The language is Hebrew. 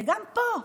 וגם פה,